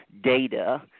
data